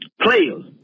players